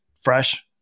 fresh